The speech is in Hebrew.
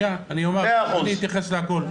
אני אתייחס לכול.